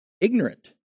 ignorant